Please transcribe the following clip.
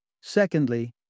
Secondly